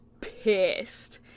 pissed